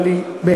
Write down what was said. אבל היא באמת,